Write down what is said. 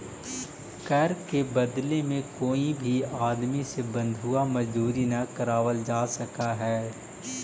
कर के बदले में कोई भी आदमी से बंधुआ मजदूरी न करावल जा सकऽ हई